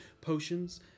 potions